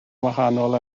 wahanol